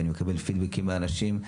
ואני מקבל פידבקים מאנשים,